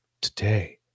today